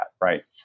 right